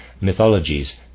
mythologies